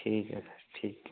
ठीक ऐ सर ठीक